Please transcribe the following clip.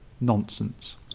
Nonsense